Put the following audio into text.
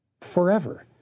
forever